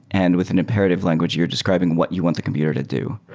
and within imperative language, you're describing what you want the computer to do.